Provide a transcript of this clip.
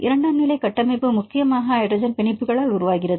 இரண்டாம் நிலை கட்டமைப்பு முக்கியமாக ஹைட்ரஜன் பிணைப்புகளால் உருவாகிறது